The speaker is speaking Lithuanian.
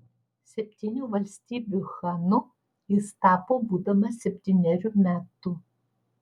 septynių valstybių chanu jis tapo būdamas septynerių metų